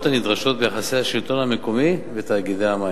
הנדרשות ביחסי השלטון המקומי ותאגידי המים.